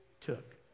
took